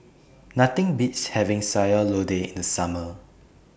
Nothing Beats having Sayur Lodeh in The Summer